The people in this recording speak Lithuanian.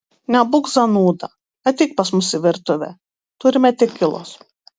nebūk zanūda ateik pas mus į virtuvę turime tekilos